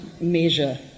measure